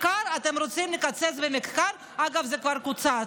אתם רוצים לקצץ במחקר, אגב, זה כבר קוצץ.